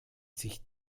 sich